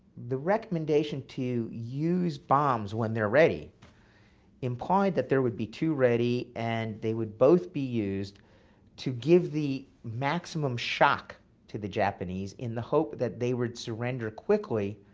the recommendation to use bombs when they're ready implied that there would be two ready and that they would both be used to give the maximum shock to the japanese, in the hope that they would surrender quickly,